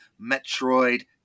Metroid